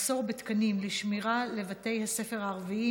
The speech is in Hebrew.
מחסור בתקנים לשמירה לבתי הספר הערביים,